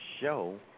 show